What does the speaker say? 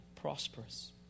prosperous